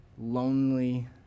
lonely